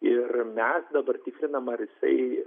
ir mes dabar tikrinam ar jisai